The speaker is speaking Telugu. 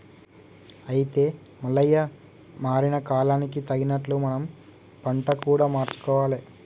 అయితే మల్లయ్య మారిన కాలానికి తగినట్లు మనం పంట కూడా మార్చుకోవాలి